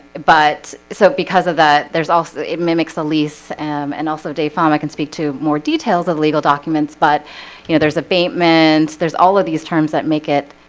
but so because of that there's also it mimics the lease and also dave, um, i can speak to more details of legal documents but you know, there's a payment there's all of these terms that make it